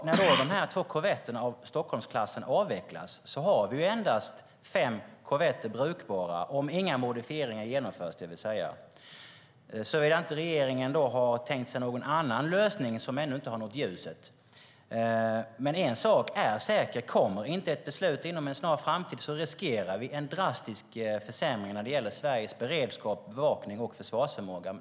När de två korvetterna av Stockholmsklassen avvecklas har vi endast fem brukbara korvetter om inga modifieringar genomförs, såvida inte regeringen har tänkt sig någon annan lösning som ännu inte nått ljuset. Men en sak är säker. Kommer inte ett beslut inom en snar framtid riskerar vi en drastisk försämring av Sveriges beredskap, bevakning och försvarsförmåga.